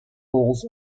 halls